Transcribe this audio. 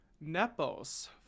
nepos